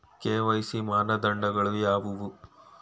KYC ಮಾನದಂಡಗಳು ಯಾವುವು?